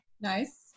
Nice